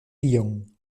tion